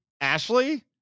Ashley